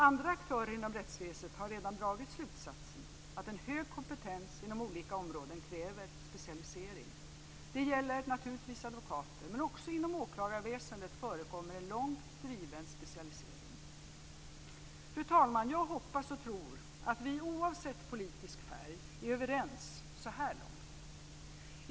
Andra aktörer inom rättsväsendet har redan dragit slutsatsen att en hög kompetens inom olika områden kräver specialisering; det gäller naturligtvis advokater, men också inom åklagarväsendet förekommer en långt driven specialisering. Fru talman! Jag hoppas och tror att vi oavsett politisk färg är överens så här långt.